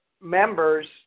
members